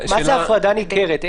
מה זה הפרדה ניכרת?